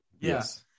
yes